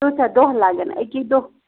کۭژاہ دۄہ لَگَن اَکی دۄہ